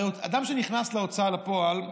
הרי אדם שנכנס להוצאה לפועל,